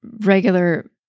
regular